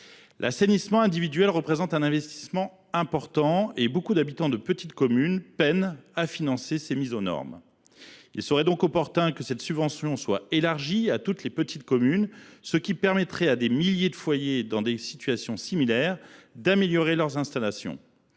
L’assainissement individuel représente un investissement important et beaucoup d’habitants de petites communes peinent à financer ces mises aux normes. Il serait donc opportun que cette subvention soit élargie à toutes les petites communes, ce qui permettrait à des milliers de foyers dans des situations similaires d’améliorer leurs installations.